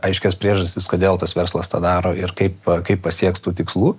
aiškias priežastis kodėl tas verslas tą daro ir kaip kaip pasieks tų tikslų